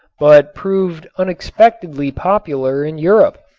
but proved unexpectedly popular in europe,